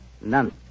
None